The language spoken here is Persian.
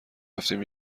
رفتیم